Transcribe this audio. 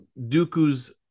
dooku's